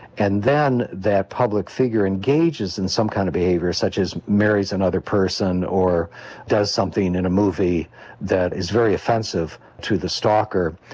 and then that public figure engages in some kind of behaviour, such as marries another person or does something in a movie that is very offensive to the stalker,